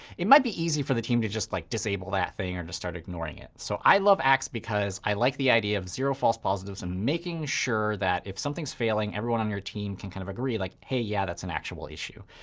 it might be easy for the team to just like disable that thing or just start ignoring it. so i love axe because i like the idea of zero false positives and making sure that if something is failing, everyone on your team can kind of agree, like, hey yeah, that's an actual issue.